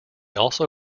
also